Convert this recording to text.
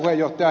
heinäluoma